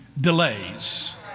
delays